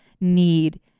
need